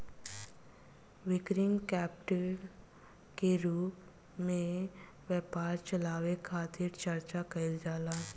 working capital के रूप में व्यापार चलावे खातिर चर्चा कईल जाला